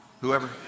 Whoever